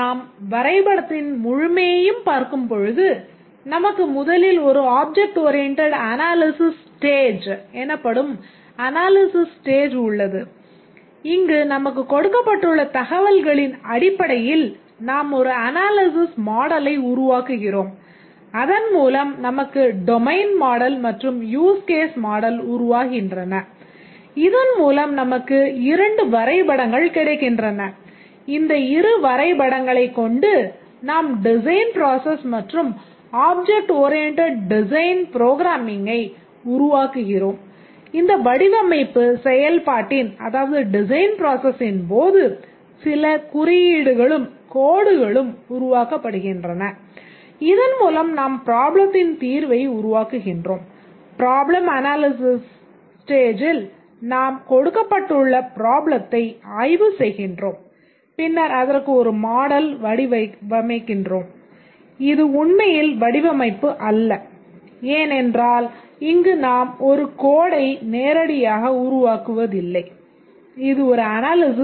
நாம் வரைபடத்தின் முழுமையையும் பார்க்கும் பொழுது நமக்கு முதலில் ஒரு ஆப்ஜெக்ட் ஓரியண்டட் அனாலிசிஸ்